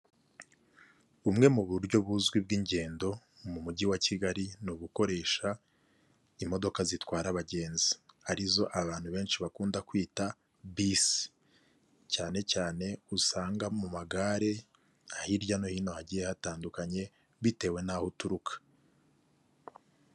Bumwe mu buryo buzwi bw'ingendo, mu mujyi wa kigali ni ugukoresha imodoka zitwara abagenzi, arizo abantu benshi bakunda kwita bisi cyane cyane usanga mu magare hirya no hino hagiye hatandukanye bitewe n'aho uturuka.